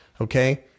Okay